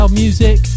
music